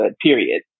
period